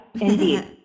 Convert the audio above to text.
indeed